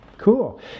Cool